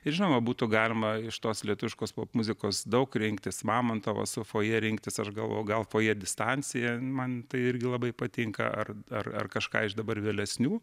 ir žinoma būtų galima iš tos lietuviškos popmuzikos daug rinktis mamontovas su fojė rinktis ar galvojau gal fojė distancija man tai irgi labai patinka ar ar kažką iš dabar vėlesnių